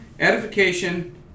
Edification